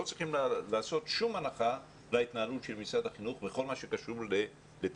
לא צריך לעשות שום הנחה להתנהלות של משרד החינוך בכל הקשור לתלמידים.